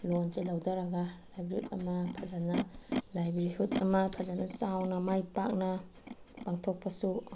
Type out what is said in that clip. ꯂꯣꯟꯁꯦ ꯂꯧꯊꯔꯒ ꯍꯥꯏꯕ꯭ꯔꯤꯠ ꯑꯃ ꯐꯖꯅ ꯂꯥꯏꯐꯂꯤꯍꯨꯠ ꯑꯃ ꯐꯖꯅ ꯆꯥꯎꯅ ꯃꯥꯏ ꯄꯥꯛꯅ ꯄꯥꯡꯊꯣꯛꯄꯁꯨ